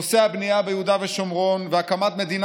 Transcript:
נושא הבנייה ביהודה ושומרון והקמת מדינה